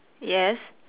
yes